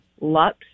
Lux